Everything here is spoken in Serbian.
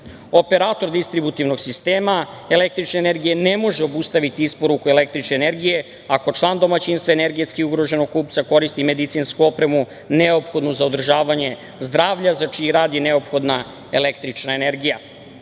Operator distributivnog sistema električne energije ne može obustaviti isporuku električne energije ako član domaćinstva energetski ugroženog kupca koristi medicinsku opremu neophodnu za održavanje zdravlja za čiji rad je neophodna električna energija. Prema